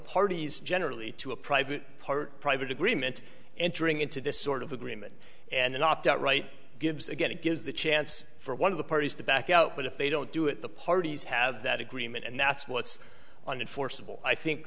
parties generally to a private part private agreement entering into this sort of agreement and an opt out right gives again and gives the chance for one of the parties to back out but if they don't do it the parties have that agreement and that's what's on it forcible i think